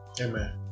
Amen